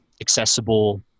accessible